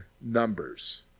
numbers